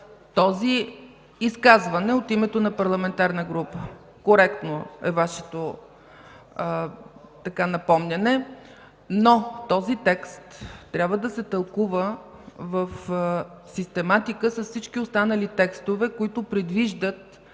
Изказване от името на парламентарна група – коректно е Вашето напомняне, но този текст трябва да се тълкува в систематика с всички останали текстове, които предвиждат